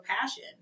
passion